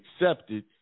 accepted